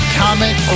comment